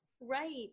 Right